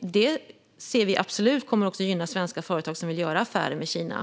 Vi ser att detta absolut kommer att gynna svenska företag som vill göra affärer med Kina.